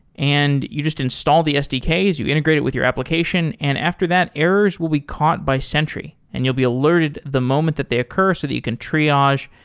and you just install the sdks. you integrate it with your application. and after that, errors will be caught by sentry and you'll be alerted the moment that they occur so that you can triage,